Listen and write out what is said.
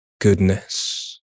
goodness